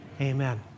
amen